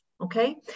Okay